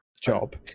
job